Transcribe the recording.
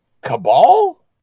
Cabal